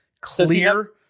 clear